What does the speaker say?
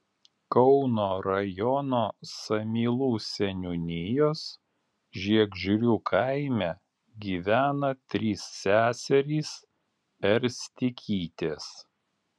kauno rajono samylų seniūnijos žiegždrių kaime gyvena trys seserys erstikytės